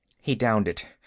he downed it.